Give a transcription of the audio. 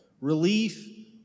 relief